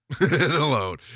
alone